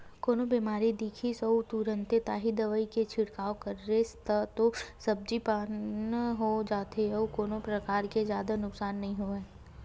कोनो बेमारी दिखिस अउ तुरते ताही दवई के छिड़काव करेस तब तो सब्जी पान हो जाथे अउ कोनो परकार के जादा नुकसान नइ होवय